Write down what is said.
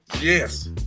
Yes